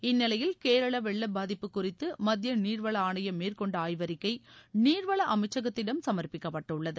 இந்நிலையில் கேரள வெள்ள பாதிப்பு குறித்து மத்திய நீர்வள ஆணையம் மேற்கொண்ட ஆய்வறிக்கை நீர்வள அமைச்சகத்திடம் சம்ப்பிக்கப்பட்டுள்ளது